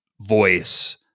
voice